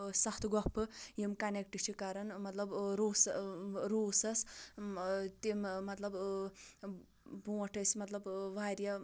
سَتھ گۄپھٕ یِم کَنٮ۪کٹہٕ چھِ کَرن مطلب روٗس روٗسَس تِم مطلب برٛونٛٹھ ٲسۍ مطلب واریاہ مطلب